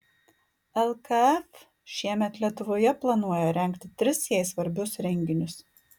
lkf šiemet lietuvoje planuoja rengti tris jai svarbius renginius